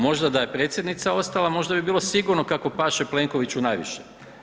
Možda da je predsjednica ostala, možda bi bilo sigurno kako paše Plenkoviću najviše.